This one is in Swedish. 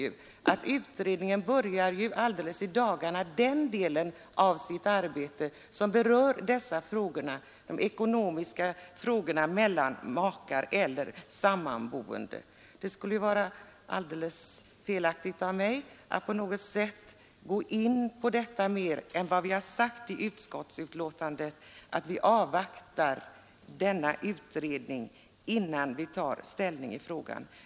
Utredningen påbörjar just i dagarna den del av sitt arbete som berör de ekonomiska frågorna mellan makar eller sammanboende. Det skulle därför vara felaktigt av mig att gå närmare in på detta än vad utskottet har gjort när det i betänkandet förklarar att man vill avvakta utredningen innan ställning tas till frågan.